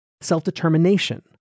self-determination